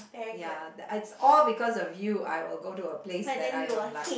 ya that's all because of you I will go to a place that I don't like